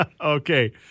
Okay